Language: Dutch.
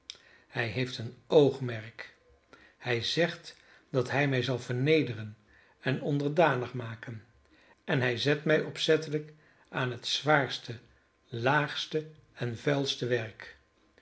hij heeft een oogmerk hij zegt dat hij mij zal vernederen en onderdanig maken en hij zet mij opzettelijk aan het zwaarste laagste en vuilste werk